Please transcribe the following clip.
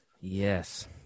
Yes